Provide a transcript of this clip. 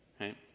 right